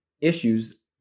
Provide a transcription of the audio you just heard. issues